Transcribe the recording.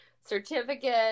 certificate